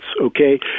okay